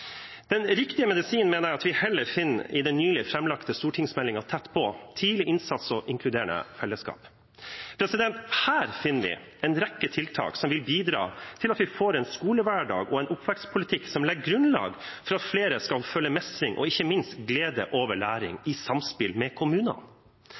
den nylig framlagte stortingsmeldingen Tett på – tidlig innsats og inkluderende fellesskap. Her finner vi en rekke tiltak som vil bidra til at vi får en skolehverdag og oppvekstpolitikk som legger grunnlag for at flere skal føle mestring og ikke minst glede over læring,